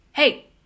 Hey